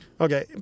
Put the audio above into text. Okay